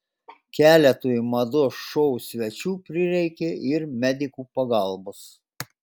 keletui mados šou svečių prireikė ir medikų pagalbos